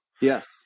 yes